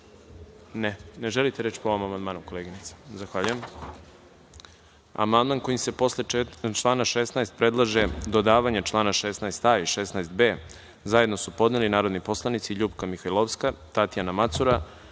li neko želi reč po ovom amandmanu? (Ne.) Zahvaljujem. Amandman kojim se posle člana 16. predlaže dodavanje člana 16a i 16b zajedno su podneli narodni poslanici Ljupka Mihajlovska, Tatjana Macura,